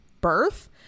birth